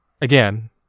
again